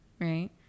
right